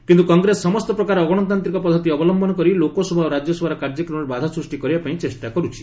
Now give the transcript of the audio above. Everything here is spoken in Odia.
କିନ୍ତୁ କଂଗ୍ରେସ ସମସ୍ତ ପ୍ରକାର ଅଗଣତାନ୍ତ୍ରିକ ପଦ୍ଧତି ଅବଲମ୍ଘନ କରି ଲୋକସଭା ଓ ରାଜ୍ୟସଭାର କାର୍ଯ୍ୟକ୍ରମରେ ବାଧା ସୃଷ୍ଟି କରିବାପାଇଁ ଚେଷ୍ଟା କରୁଛି